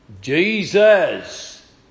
Jesus